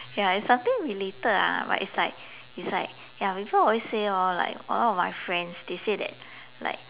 ya it's something related lah but it's like it's like ya people always say lor like a lot of my friends they say that like